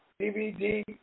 DVD